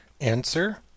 Answer